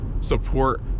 support